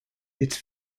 its